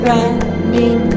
Running